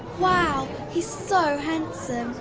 wow, he's so handsome.